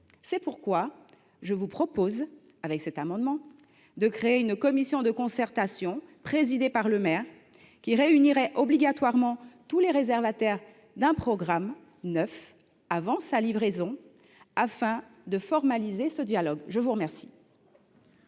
C’est pourquoi je vous propose, par cet amendement, de créer une commission de concertation, présidée par le maire, qui réunirait obligatoirement tous les réservataires d’un programme neuf avant sa livraison, afin de formaliser ce dialogue. Quel